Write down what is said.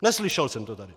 Neslyšel jsem to tady.